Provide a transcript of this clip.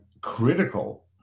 critical